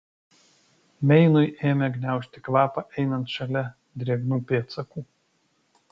meinui ėmė gniaužti kvapą einant šalia drėgnų pėdsakų